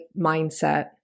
mindset